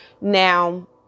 Now